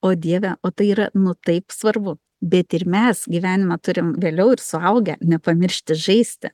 o dieve o tai yra nu taip svarbu bet ir mes gyvenime turime vėliau ir suaugę nepamiršti žaisti